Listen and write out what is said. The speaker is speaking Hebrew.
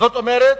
זאת אומרת,